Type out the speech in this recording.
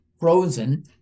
frozen